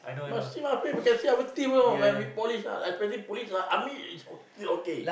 must see our face can see our teeth you know when we polish ah especially police army is still okay